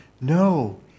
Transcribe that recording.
no